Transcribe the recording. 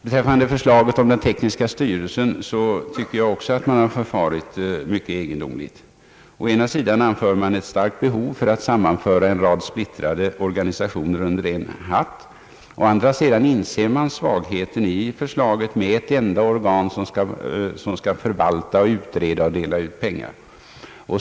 Beträffande förslaget om styrelsen för teknisk utveckling har man förfarit mycket egendomligt. Å ena sidan anförs ett starkt behov av att sammanföra en rad splittrade organisationer under en hatt. Å andra sidan inser man svagheten i förslaget om att ett enda organ skall både förvalta, utreda och dela ut pengar.